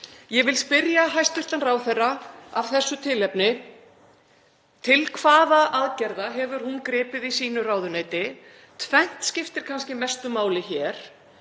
Ég vil spyrja hæstv. ráðherra af þessu tilefni: Til hvaða aðgerða hefur hún gripið í sínu ráðuneyti? Tvennt skiptir kannski mestu máli hér.